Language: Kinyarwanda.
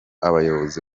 abayobozi